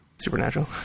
supernatural